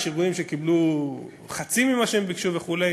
ויש ארגונים שקיבלו חצי ממה שביקשו וכו'.